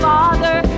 Father